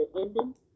ending